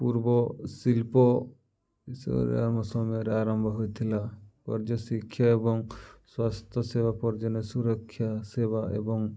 ପୂର୍ବଶିଳ୍ପ ଆମ ସମୟରେ ଆରମ୍ଭ ହୋଇଥିଲା ପର୍ଯ୍ୟଶିକ୍ଷା ଏବଂ ସ୍ୱାସ୍ଥ୍ୟ ସେବା ପର୍ଯ୍ୟଟନ ସୁରକ୍ଷା ସେବା ଏବଂ